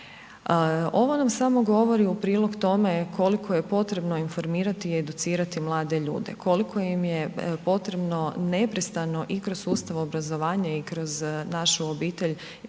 Ovo nam samo govori u prilog tome koliko je potrebno informirati i educirati mlade ljude, koliko im je potrebno neprestano i kroz sustav obrazovanja i kroz našu obitelj